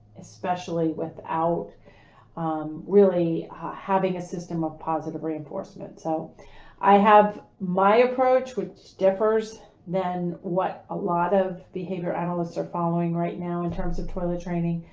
especially without um, really having a system of positive reinforcement. so i have my approach which differs than what a lot of behavior analysts are following right now in terms of toilet training.